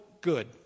good